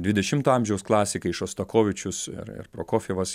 dvidešimto amžiaus klasikai šostakovičius ir ir prokofjevas